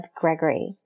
Gregory